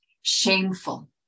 shameful